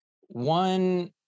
one